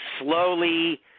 slowly